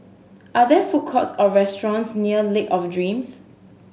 are there food courts or restaurants near Lake of Dreams